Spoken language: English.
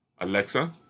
Alexa